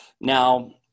Now